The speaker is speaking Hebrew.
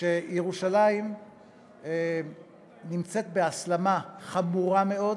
שירושלים נמצאת בהסלמה חמורה מאוד,